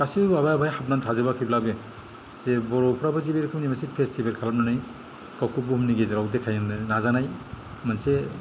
गासै माबाया बावहाय हाबनानै थाजोबाखैब्लाबो जे बर'फ्राबो जे बे रोखोमनि मोनसे फेस्टिभेल खालामनानै गावखौ बुहुमनि गेजेराव देखायनो नाजानाय मोनसे